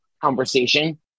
conversation